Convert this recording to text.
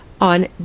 on